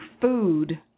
food